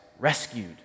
rescued